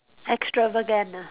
extravagant ah